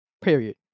period